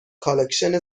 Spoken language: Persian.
کالکشن